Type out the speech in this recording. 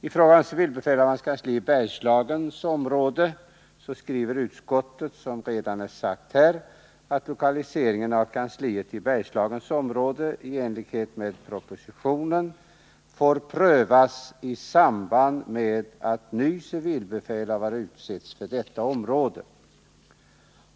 I fråga om civilbefälhavarens kansli i Bergslagens område skriver utskottet, som redan sagts här, att lokaliseringen av kansliet i enlighet med propositionen bör prövas i samband med att ny civilbefälhavare utses för området.